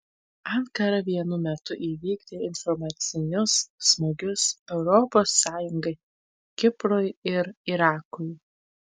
ankara vienu metu įvykdė informacinius smūgius europos sąjungai kiprui ir irakui